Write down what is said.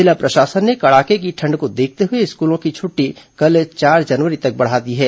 जिला प्रशासन ने कड़ाके की ठंड को देखते हुए स्कूलों की छुट्टी कल चार जनवरी तक बढ़ा दी है